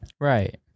Right